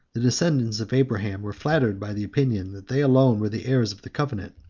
the descendants of abraham were flattered by the opinion that they alone were the heirs of the covenant,